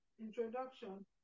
introduction